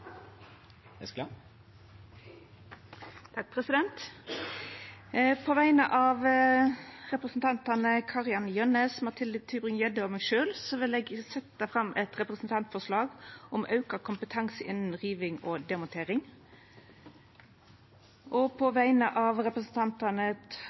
På vegner av representantane Kari-Anne Jønnes, Mathilde Tybring-Gjedde og meg sjølv vil eg setja fram eit representantforslag om auka kompetanse innan riving og demontering. På vegner av representantane Trond Helleland, Nikolai Astrup, Helge Orten, Svein Harberg og